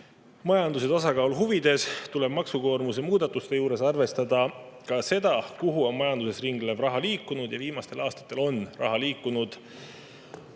õiglane. Majanduse tasakaalu huvides tuleb maksukoormuse muudatuste puhul arvestada ka seda, kuhu on majanduses ringlev raha liikunud. Viimastel aastatel on raha liikunud